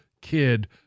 kid